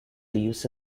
leaves